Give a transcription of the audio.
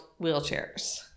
wheelchairs